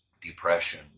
depression